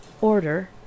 order